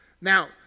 Now